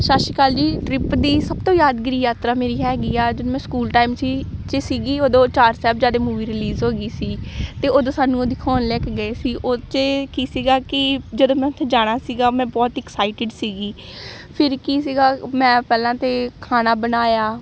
ਸਤਿ ਸ਼੍ਰੀ ਅਕਾਲ ਜੀ ਟਰਿਪ ਦੀ ਸਭ ਤੋਂ ਯਾਦਗਾਰੀ ਯਾਤਰਾ ਮੇਰੀ ਹੈਗੀ ਆ ਜਦੋਂ ਮੈਂ ਸਕੂਲ ਟਾਈਮ ਸੀ 'ਚ ਸੀਗੀ ਉਦੋਂ ਚਾਰ ਸਾਹਿਬਜ਼ਾਦੇ ਮੂਵੀ ਰਿਲੀਜ਼ ਹੋ ਗਈ ਸੀ ਅਤੇ ਉਦੋਂ ਸਾਨੂੰ ਉਹ ਦਿਖਾਉਣ ਲੈ ਕੇ ਗਏ ਸੀ ਉਹ 'ਚ ਕੀ ਸੀਗਾ ਕਿ ਜਦੋਂ ਮੈਂ ਉੱਥੇ ਜਾਣਾ ਸੀਗਾ ਮੈਂ ਬਹੁਤ ਐਕਸਾਈਟਡ ਸੀਗੀ ਫਿਰ ਕੀ ਸੀਗਾ ਮੈਂ ਪਹਿਲਾਂ ਤਾਂ ਖਾਣਾ ਬਣਾਇਆ